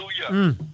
Hallelujah